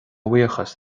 bhuíochas